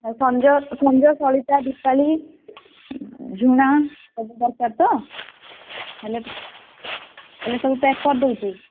ଆଉ ସଞ୍ଜ ସଞ୍ଜ ସଳିତା ଦିପାଳୀ ଝୁଣା ସବୁ ଦରକାର ତ ହେଲେ ହେଲେ ସବୁ ପ୍ୟାକ୍ କରି ଦେଉଛି